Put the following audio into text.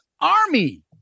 Army